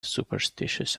superstitious